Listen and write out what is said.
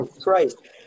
Christ